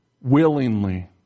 willingly